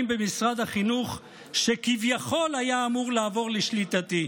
במשרד החינוך שכביכול היה אמור לעבור לשליטתי,